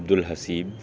Abdul Haseeb